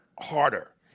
harder